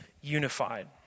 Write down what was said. unified